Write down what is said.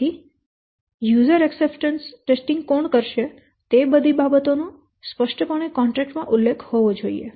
તેથી યુઝર સ્વીકૃતિ પરીક્ષણ કોણ કરશે તે બધી બાબતો નો સ્પષ્ટપણે કોન્ટ્રેક્ટ માં ઉલ્લેખ કરવો જોઈએ